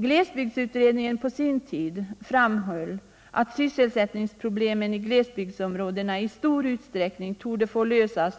Glesbygdsutredningen framhöll på sin tid att sysselsättningsproblemen i glesbygdsområdena i stor utsträckning torde få lösas